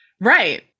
Right